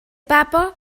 papa